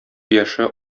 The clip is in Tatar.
яше